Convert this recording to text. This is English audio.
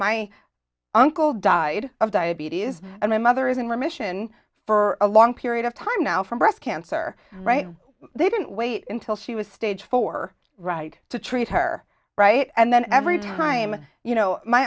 my uncle died of diabetes and the mother is in remission for a long period of time now from breast cancer right they didn't wait until she was stage four right to treat her right and then every time you know my